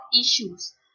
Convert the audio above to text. issues